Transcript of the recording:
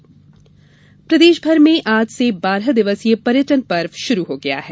पर्यटन पर्व देशभर में आज से बारह दिवसीय पर्यटन पर्व शुरू हो गया है